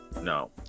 No